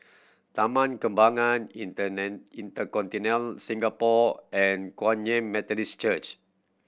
Taman Kembangan InterContinental Singapore and Kum Yan Methodist Church